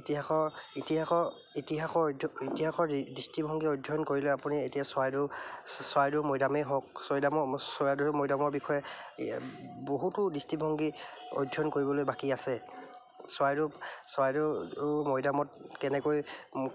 ইতিহাসৰ ইতিহাসৰ ইতিহাসৰ অধ্য ইতিহাসৰ দৃষ্টিভংগী অধ্যয়ন কৰিলে আপুনি এতিয়া চৰাইদেউ চৰাইদেউ মৈদামেই হওক ছয়দামৰ চৰাইদেউ মৈদামৰ বিষয়ে বহুতো দৃষ্টিভংগী অধ্যয়ন কৰিবলৈ বাকী আছে চৰাইদেউ চৰাইদেউ মৈদামত কেনেকৈ